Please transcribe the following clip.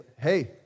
hey